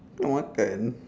now what ten